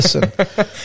Listen